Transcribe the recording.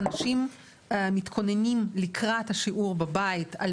האנשים מתכוננים לקראת השיעור בבית על